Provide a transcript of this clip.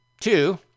Two